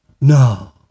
No